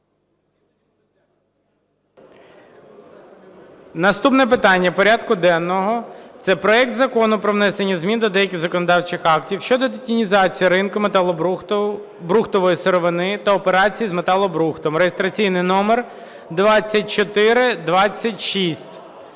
Наступне питання порядку денного – це проект Закону про внесення змін до деяких законодавчих актів (щодо детінізації ринку металургійної сировини та операцій з металобрухтом) (реєстраційний номер 2426).